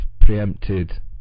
preempted